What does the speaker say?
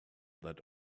that